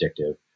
addictive